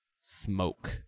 smoke